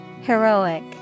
heroic